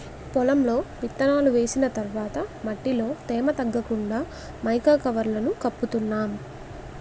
పొలంలో విత్తనాలు వేసిన తర్వాత మట్టిలో తేమ తగ్గకుండా మైకా కవర్లను కప్పుతున్నాం